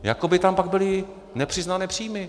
Jako by tam pak byly nepřiznané příjmy.